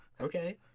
Okay